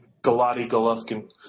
Golovkin